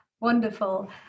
Wonderful